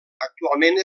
actualment